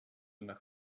nach